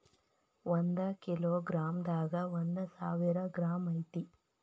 ಒಂದ kilogram ದಾಗ ಒಂದ ಸಾವಿರ ಗ್ರಾಂ ಐತಿ